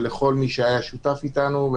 ולכל מי שהיה שותף איתנו,